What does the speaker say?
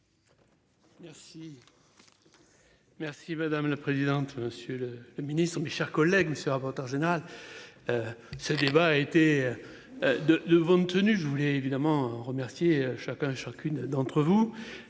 Merci. Merci madame la présidente, monsieur le le Ministre, mes chers collègues sera Avatar général. Ce débat a été. De de bonne tenue, je voulais évidemment remercier chacun et chacune d'entre vous.